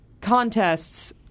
contests